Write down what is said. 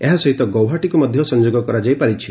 ଏହା ସହିତ ଗୌହାଟୀକୁ ମଧ୍ୟ ସଂଯୋଗ କରାଯାଇ ପାରିଛି